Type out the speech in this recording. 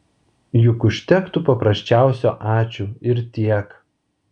juk užtektų paprasčiausio ačiū ir tiek